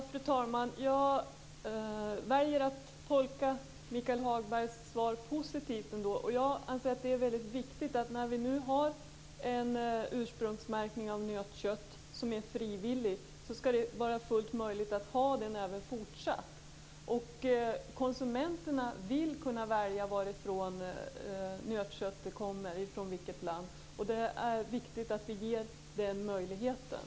Fru talman! Jag väljer att tolka Michael Hagbergs svar positivt. När vi nu har en ursprungsmärkning av nötkött som är frivillig, anser jag att det är viktigt att det skall vara fullt möjligt även fortsatt. Konsumenterna vill kunna veta vilket land nötköttet kommer ifrån. Det är viktigt att vi ger den möjligheten.